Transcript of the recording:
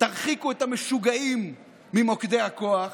תרחיקו את המשוגעים ממוקדי הכוח,